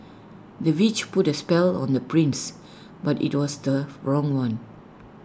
the witch put A spell on the prince but IT was the wrong one